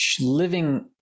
living